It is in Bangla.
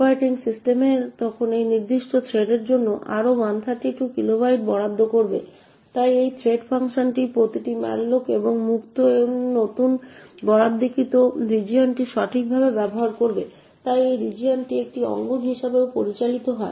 অপারেটিং সিস্টেম তখন সেই নির্দিষ্ট থ্রেডের জন্য আরও 132 কিলোবাইট বরাদ্দ করবে তাই এই থ্রেড ফাংশনে প্রতিটি malloc এবং মুক্ত এই নতুন বরাদ্দকৃত রিজিওনটি সঠিকভাবে ব্যবহার করবে তাই এই রিজিওনটি একটি অঙ্গন হিসাবেও পরিচালিত হয়